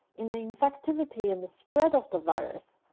in the infectivity and the spread of the virus,